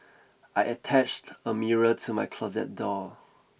I attached a mirror to my closet door